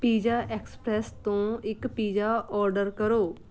pizza express ਤੋਂ ਇੱਕ pizza order ਕਰੋ